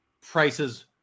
prices